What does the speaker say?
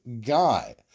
guy